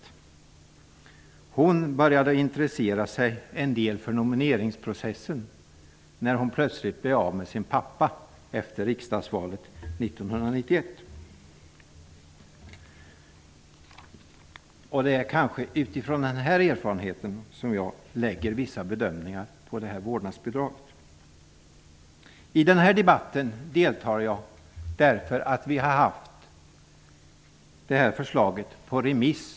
Min dotter började att intressera sig för nomineringsprocessen när hon plötsligt miste samvaron med sin pappa efter riksdagsvalet 1991. Det är utifrån denna erfarenhet som jag har vissa bedömningar angående vårdnadsbidraget. Jag deltar i den här debatten därför att vi i skatteutskottet har haft detta förslag på remiss.